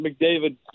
McDavid